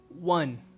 One